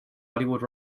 hollywood